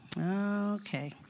Okay